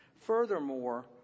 Furthermore